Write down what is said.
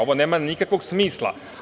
Ovo nema nikakvog smisla.